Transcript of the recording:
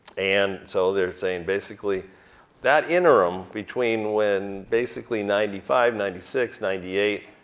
and so they're saying basically that interim between when basically ninety five, ninety six, ninety eight,